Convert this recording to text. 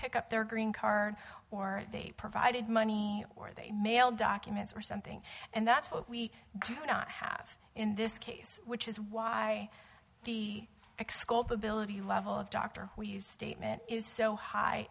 pick up their green card or they provided money or they mailed documents or something and that's what we do not have in this case which is why the exculpate below the level of doctor we used statement is so high